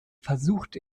versucht